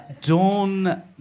Dawn